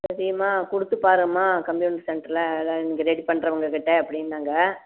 சரிம்மா கொடுத்து பாரும்மா கம்பியூட்டர் சென்டரில் ரெடி பண்றவங்கக்கிட்ட அப்படின்னாங்க